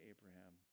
Abraham